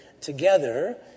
together